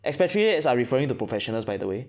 expatriates are referring to professionals by the way